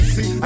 See